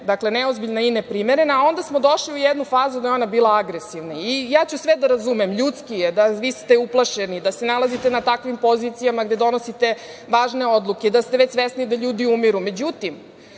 da trošim vreme, i neprimerena, a onda smo došli u jednu fazu da je ona bila agresivna. Ja ću sve da razumem - ljudski je, vi ste uplašeni, nalazite se na takvim pozicijama gde donosite važne odluke, da ste svesni da ljudi umiru,